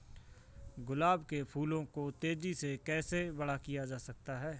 गुलाब के फूलों को तेजी से कैसे बड़ा किया जा सकता है?